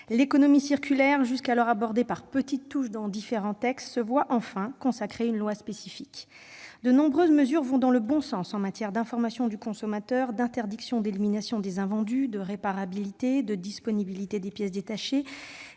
L'économie circulaire, jusqu'alors abordée par petites touches dans différents textes, fait enfin l'objet d'une loi spécifique. De nombreuses mesures vont dans le bon sens, en matière d'information du consommateur, d'interdiction de l'élimination des invendus, de réparabilité, de disponibilité des pièces détachées,